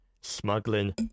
smuggling